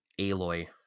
Aloy